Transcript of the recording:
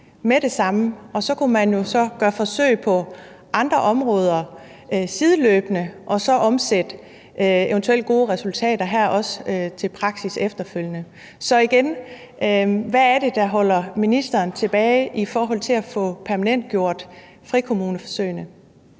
med det samme? Og så kunne man jo lave forsøg på andre områder sideløbende og så også omsætte eventuelle gode resultater her til praksis efterfølgende. Så igen: Hvad er det, der holder ministeren tilbage i forhold til at få permanentgjort frikommuneforsøgene?